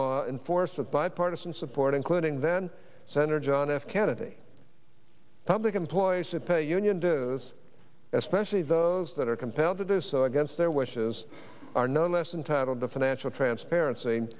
law enforced with bipartisan support including then senator john f kennedy public employees and pay union dues especially those that are compelled to do so against their wishes are no less than titled the financial transparency